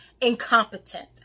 incompetent